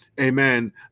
amen